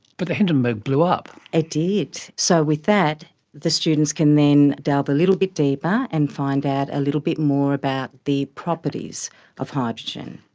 but the hindenburg blew up. it did. so with that the students can then delve a little bit deeper and find out a little bit more about the properties of hydrogen.